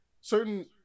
Certain